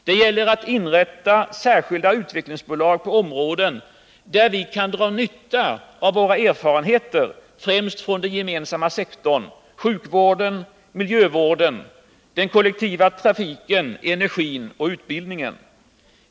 Det gäller inrättandet av särskilda utvecklingsbolag på områden där vi kan dra nytta av våra erfarenheter, främst från den gemensamma sektorn: sjukvården, miljövården, den kollektiva trafiken, energin och utbildningen.